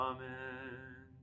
Amen